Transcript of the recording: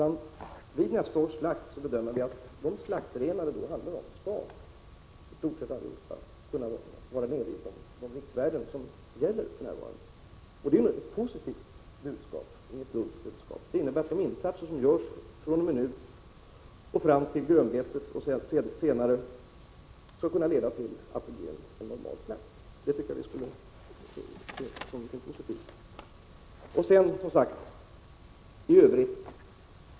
Vi bedömer det så att vid nästa års slakt skall i stort sett alla slaktrenar kunna vara nere vid de riktvärden som gäller för närvarande. Det är ett mycket positivt budskap, inget dubbelt budskap. De insatser som görs fr.o.m. nu och fram till grönbetet men även senare skall kunna leda till en normal slakt.